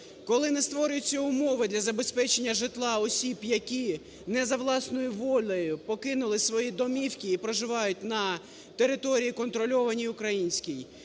коли не створюються умови для забезпечення житла осіб, які не за власною волею покинули свої домівки і проживають на території контрольованій, українській,